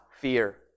fear